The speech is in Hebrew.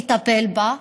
לטפל בה,